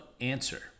answer